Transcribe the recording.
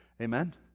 Amen